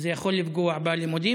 וזה יכול לפגוע בלימודים,